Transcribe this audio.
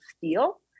feel